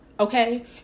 Okay